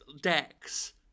decks